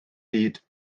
hyd